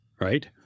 right